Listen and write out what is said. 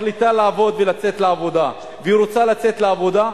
מחליטה לעבוד ולצאת לעבודה והיא רוצה לצאת לעבודה,